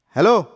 Hello